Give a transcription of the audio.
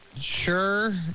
sure